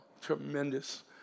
tremendous